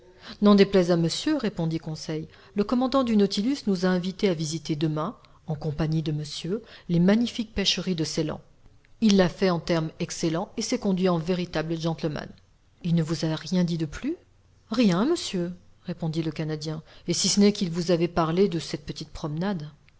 n'en déplaise à monsieur répondit conseil le commandant du nautilus nous a invités à visiter demain en compagnie de monsieur les magnifiques pêcheries de ceyland il l'a fait en termes excellents et s'est conduit en véritable gentleman il ne vous a rien dit de plus rien monsieur répondit le canadien si ce n'est qu'il vous avait parlé de cette petite promenade